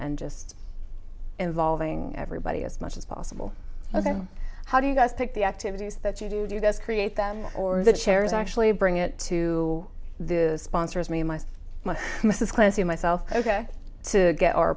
and just involving everybody as much as possible ok how do you guys pick the activities that you do do this create that or the chairs actually bring it to the sponsors me and my mrs clancy myself ok to get our